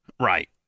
Right